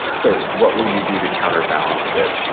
so what will you do to counterbalance it?